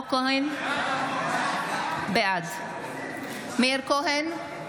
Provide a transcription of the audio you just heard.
בעד מאיר כהן,